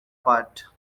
port